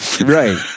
Right